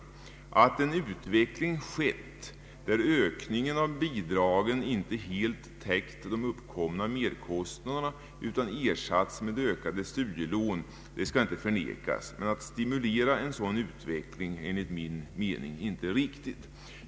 Det skall inte förnekas att en utveckling skett som inneburit att ökningen av bidragen inte helt har täckt de uppkomna merkostnaderna utan ersatts med ökade studielån. Att stimulera en sådan utveckling är emellertid enligt min mening inte riktigt.